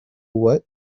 what